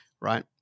right